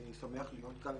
אני שמח להיות כאן.